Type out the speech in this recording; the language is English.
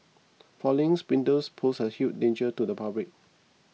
fallings windows pose a huge danger to the public